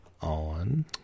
on